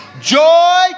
Joy